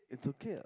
it's okay ah